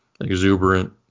exuberant